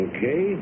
Okay